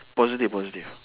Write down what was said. positive positive